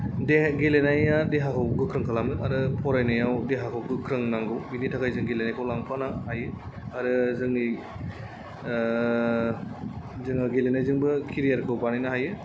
देहा गेलेनाया देहाखौ गोख्रों खालामो आरो फरायनायाव देहाखौ गोख्रों नांगौ बिनिथाखाय जों गेलेनायखौ लांफानो हायो आरो जोंनि जोङो गेलेनायजोंबो केरियारखौ बानायनो हायो